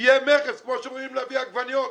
יהיה מכס, כמו שאומרים להביא עגבניות.